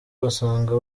basanga